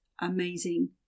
amazing